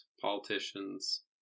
politicians